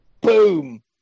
Boom